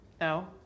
No